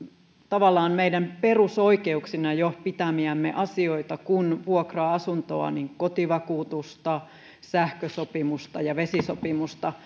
tavallaan meidän perusoikeuksina jo pitämiämme asioita kuten vuokra asuntoon kotivakuutusta sähkösopimusta ja vesisopimusta